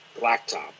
blacktop